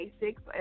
basics